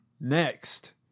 Next